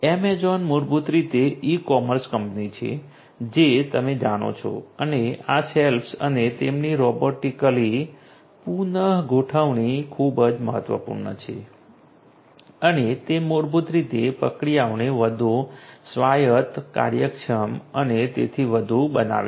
Amazon મૂળભૂત રીતે e commerce company છે જે તમે જાણો છો અને આ શેલ્ફસ અને તેમની રોબોટિકલી પુનઃ ગોઠવણી ખૂબ જ મહત્વપૂર્ણ છે અને તે મૂળભૂત રીતે પ્રક્રિયાઓને વધુ સ્વાયત્ત કાર્યક્ષમ અને તેથી વધુ બનાવે છે